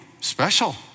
special